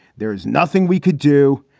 there is nothing we could do.